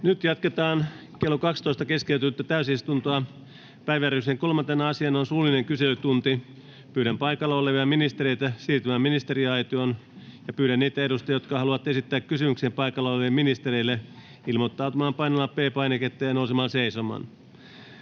Nyt jatketaan kello 12 keskeytettyä täysistuntoa. Päiväjärjestyksen 3. asiana on suullinen kyselytunti. Pyydän paikalla olevia ministereitä siirtymään ministeriaitioon. Pyydän niitä edustajia, jotka haluavat esittää kysymyksen ministerille, ilmoittautumaan painamalla P-painiketta ja nousemalla seisomaan.